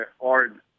hard